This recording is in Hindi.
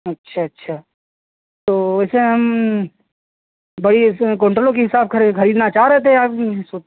अच्छा अच्छा तो वैसे हम भाई क्विंटलों के हिसाब से खर ख़रीदना चाह रहे थे आप ही से